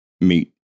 meet